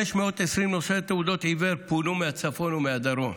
520 נושאי תעודות עיוור פונו מהצפון ומהדרום.